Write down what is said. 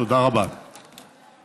תודה רבה, אדוני.